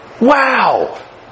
Wow